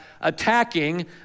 attacking